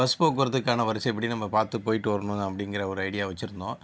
bus போக்குவரத்துக்கான வரிசைப்படி நம்ம பார்த்து போய்ட்டு வரணும் அப்படிங்கற ஒரு ஐடியா வெச்சுருந்தோம்